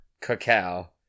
cacao